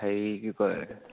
হেৰি কি কয়